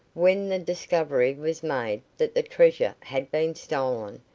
when the discovery was made that the treasure had been stolen,